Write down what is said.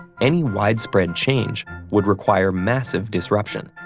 any widespread change would require massive disruption.